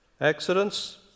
Accidents